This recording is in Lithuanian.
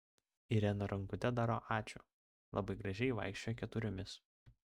irena rankute daro ačiū labai gražiai vaikščioja keturiomis